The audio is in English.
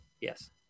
yes